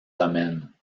domaines